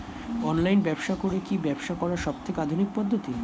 Online ব্যবসা করে কি ব্যবসা করার সবথেকে আধুনিক পদ্ধতি?